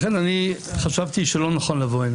לכן חשבתי שלא נכון לבוא לכאן